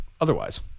otherwise